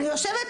אני יושבת,